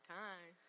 time